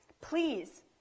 please